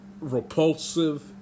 repulsive